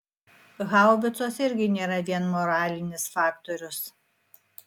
haubicos irgi nėra vien moralinis faktorius